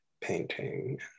painting